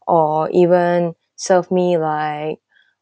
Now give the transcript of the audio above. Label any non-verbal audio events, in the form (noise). or even serve me like (breath)